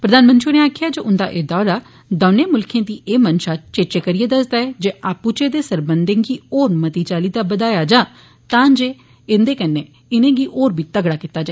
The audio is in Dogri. प्रधानमंत्री होरें आक्खेआ जे उंदा एह् दौरा दौनें मुल्खें दी एह् मंशा चेचे करियै दसदा ऐ जे आपू चे दे सरबंघें गी होर मती चाल्ली दा बदाया जा तां जे कन्नै इनेंगी होर बी तगड़ा कीता जा